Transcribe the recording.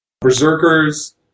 Berserkers